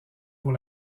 pour